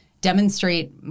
demonstrate